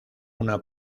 una